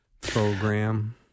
program